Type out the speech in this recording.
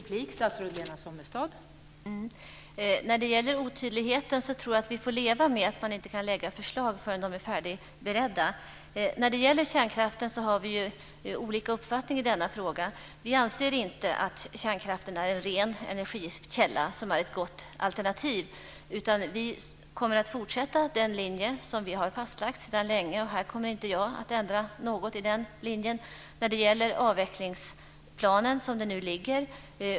Fru talman! Jag tror att vi får leva med att man inte kan lägga fram förslag förrän de är färdigberedda. Lars Lindblad och jag har olika uppfattning i frågan om kärnkraften. Vi anser inte att kärnkraft är en ren energikälla och ett gott alternativ. Vi kommer att fortsätta på den linje som vi har fastlagt sedan länge, och jag kommer inte att ändra något i avvecklingsplanen.